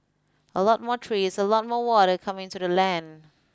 a lot more trees a lot more water coming into the land